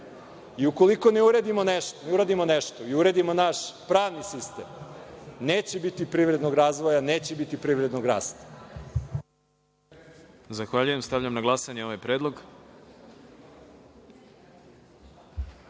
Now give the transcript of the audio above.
Ukoliko ne uradimo nešto i uredimo naš pravni sistem, neće biti privrednog razvoja, neće biti privrednog rasta.